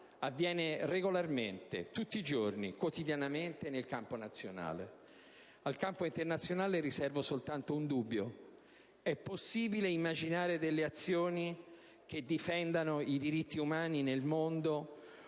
avviene regolarmente e quotidianamente nel campo nazionale. Al campo internazionale riservo soltanto un dubbio: è possibile immaginare delle azioni che difendano i diritti umani nel mondo